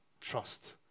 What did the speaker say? trust